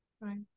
Right